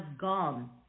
gone